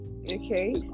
Okay